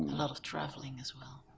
a lot of traveling as well.